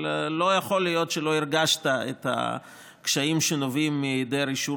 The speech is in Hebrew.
אבל לא יכול להיות שלא הרגשת את הקשיים שנובעים מהיעדר אישור